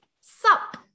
Sup